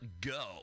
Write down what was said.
go